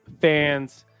fans